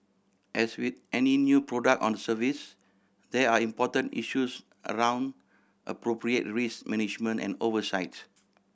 as with any new product on service there are important issues around appropriate risk management and oversight